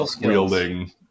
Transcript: wielding